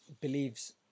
believes